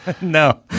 No